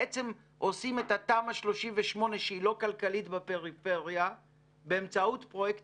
בעצם עושים את התמ"א 38 שהיא לא כלכלית בפריפריה באמצעות פרויקט